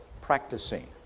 practicing